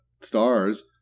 stars